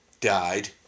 died